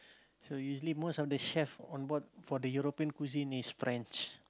so usually most of the chef onboard for the European cuisine is French